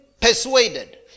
persuaded